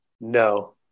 No